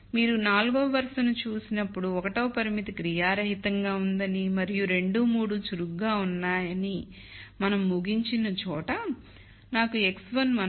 మీరు 4 వ వరుసను చూసినప్పుడు 1 వ పరిమితి క్రియారహితంగా ఉందని మరియు 2 3 చురుకుగా ఉన్నాయని మనం ముగించిన చోట నాకు x1 1